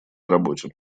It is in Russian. работе